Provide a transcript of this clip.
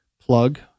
plug